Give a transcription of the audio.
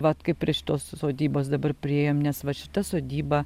vat kaip prie šitos sodybos dabar priėjom nes va šita sodyba